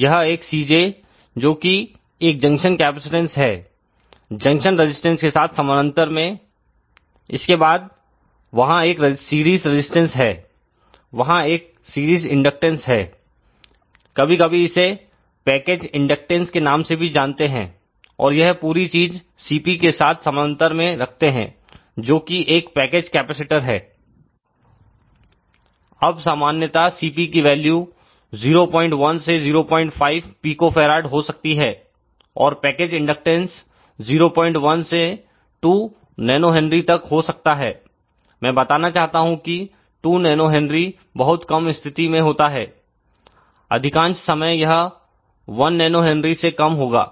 यह एक Cj जो कि एक जंक्शन कैपेसिटेंस है जंक्शन रजिस्टेंस के साथ समांतर में इसके बाद वहां एक सीरीज रजिस्टेंस है वहां एक सीरीज इंडक्टेंस है कभी कभी इसे पैकेज इंडक्टेंस के नाम से भी जानते हैं और यह पूरी चीज CP के साथ समांतर में रखते हैं जो कि एक पैकेज कैपेसिटर है अब सामान्यता CP की वैल्यू 01 से 05 pF हो सकती है और पैकेज इंडक्टेंस 01 से 2 nH तक हो सकता है मैं बताना चाहता हूं कि 2nH बहुत कम स्थिति में होता है अधिकांश समय यह 1nH से कम होगा